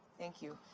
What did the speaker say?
thank you.